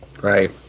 Right